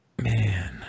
Man